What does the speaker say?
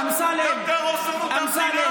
גם תהרוס לנו את המדינה,